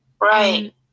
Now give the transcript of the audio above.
Right